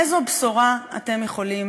איזו בשורה אתם יכולים